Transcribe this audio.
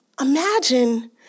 Imagine